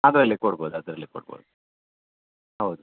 ಅದ್ರಲ್ಲೇ ಕೊಡ್ಬೋದು ಅದ್ರಲ್ಲೇ ಕೊಡ್ಬೋದು ಹೌದು